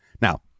now